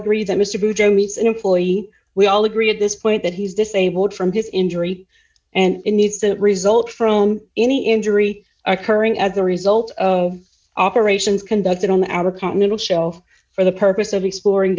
agree that mr meeson employee we all agree at this point that he's disabled from his injury and needs that result from any injury occurring as a result of operations conducted on the outer continental shelf for the purpose of exploring